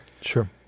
Sure